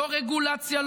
לא רגולציה,